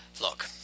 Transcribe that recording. Look